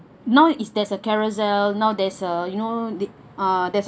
now is there's a Carousell now there's a you know the uh there's a